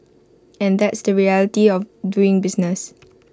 and that's the reality of doing business